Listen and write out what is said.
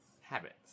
habits